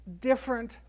different